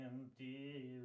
empty